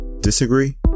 Disagree